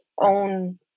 own